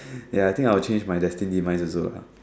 ya think I'll change my destined demise also ah